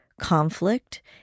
conflict